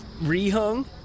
rehung